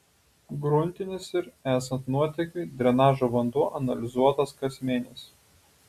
gruntinis ir esant nuotėkiui drenažo vanduo analizuotas kas mėnesį